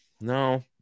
No